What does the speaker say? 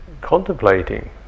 contemplating